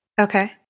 Okay